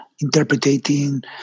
interpreting